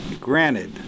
granted